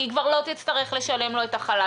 כי היא כבר לא תצטרף לשלם לו את החל"ת,